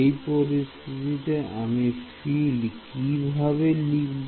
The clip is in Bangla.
এই পরিস্থিতিতে আমি ফিল্ড কিভাবে লিখব